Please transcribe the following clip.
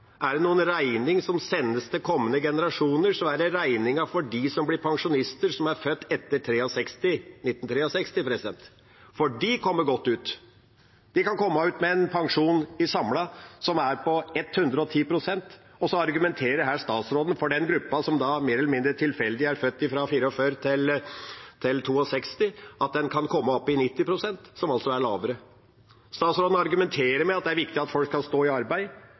Er det noen regning som sendes til kommende generasjoner, er det regninga for pensjonister født etter 1963 – for de kommer godt ut. De kan komme ut med en samlet pensjon som er på 110 pst., og så argumenterer statsråden her for den gruppa som mer eller mindre tilfeldig er født fra 1944 til 1962, at den kan komme opp i 90 pst., som altså er lavere. Statsråden argumenterer med at det er viktig at folk kan stå i arbeid